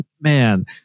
man